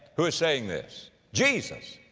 who is saying this? jesus.